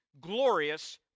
glorious